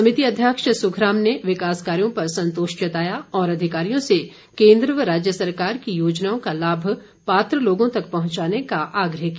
समिति अध्यक्ष सुखराम ने विकास कार्यों पर संतोष जताया और अधिकारियों से केन्द्र व राज्य सरकार की योजनाओं का लाभ पात्र लोगों तक पहुंचाने का आग्रह किया